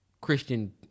Christian